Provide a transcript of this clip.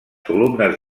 columnes